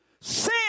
Sin